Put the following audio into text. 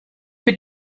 mit